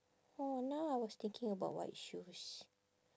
oh now I was thinking about white shoes